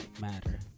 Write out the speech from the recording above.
matter